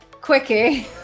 quickie